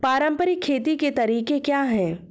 पारंपरिक खेती के तरीके क्या हैं?